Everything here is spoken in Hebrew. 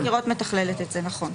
חטיבת חקירות מתכללת את זה, נכון.